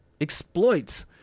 exploits